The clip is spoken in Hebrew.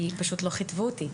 כי פשוט לא כיתבו אותי,